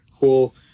cool